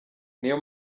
niyo